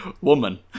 woman